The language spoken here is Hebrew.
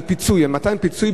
על מתן פיצוי,